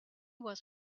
was